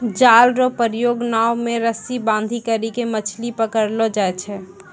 जाल रो प्रयोग नाव मे रस्सी बांधी करी के मछली पकड़लो जाय छै